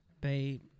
babe